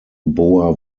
boa